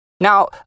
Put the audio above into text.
Now